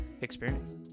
experience